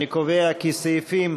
אני קובע כי סעיפים